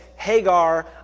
Hagar